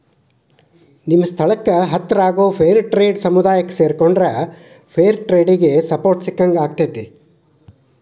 ನಿಮ್ಮ ಸ್ಥಳಕ್ಕ ಹತ್ರಾಗೋ ಫೇರ್ಟ್ರೇಡ್ ಸಮುದಾಯಕ್ಕ ಸೇರಿಕೊಂಡ್ರ ಫೇರ್ ಟ್ರೇಡಿಗೆ ಸಪೋರ್ಟ್ ಸಿಕ್ಕಂಗಾಕ್ಕೆತಿ